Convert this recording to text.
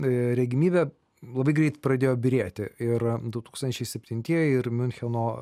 regimybę labai greit pradėjo byrėti ir du tūkstančiai septintieji ir miuncheno